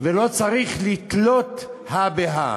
ולא צריך לתלות הא בהא,